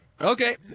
Okay